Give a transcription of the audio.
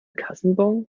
kassenbon